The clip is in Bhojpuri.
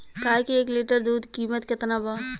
गाय के एक लीटर दूध कीमत केतना बा?